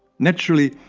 naturally,